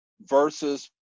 versus